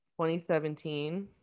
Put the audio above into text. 2017